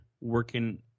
working